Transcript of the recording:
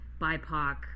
BIPOC